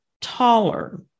taller